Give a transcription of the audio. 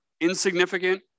insignificant